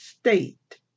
State